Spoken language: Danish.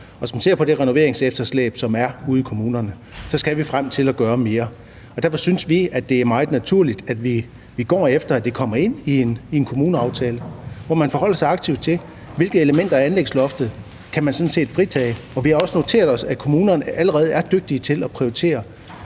hvis man ser på det renoveringsefterslæb, som der er ude i kommunerne, så skal vi frem til at gøre mere. Derfor synes vi, at det er meget naturligt, at vi går efter, at det kommer ind i en kommuneaftale, hvor man forholder sig aktivt til, hvilke elementer af anlægsloftet man sådan set kan fritage, og vi har også noteret os, at kommunerne allerede er dygtige til at prioritere.